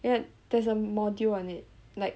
ya there's a module on it like